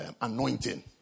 Anointing